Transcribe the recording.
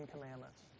Commandments